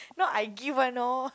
not I give one know